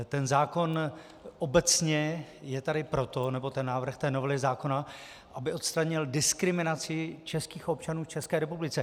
Ten zákon obecně je tady proto, nebo návrh novely zákona, aby odstranil diskriminaci českých občanů v České republice.